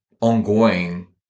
ongoing